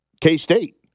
K-State